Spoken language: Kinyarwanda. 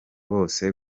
bose